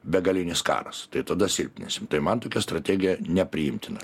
begalinis karas tai tada silpninsim tai man tokia strategija nepriimtina